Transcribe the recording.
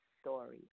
story